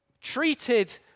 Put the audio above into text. treated